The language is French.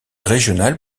régionale